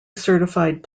certified